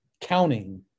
counting